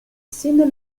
sin